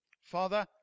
Father